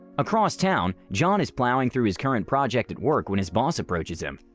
across town, john is plowing through his current project at work when his boss approaches him.